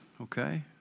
Okay